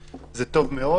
זה טוב מאוד.